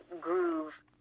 groove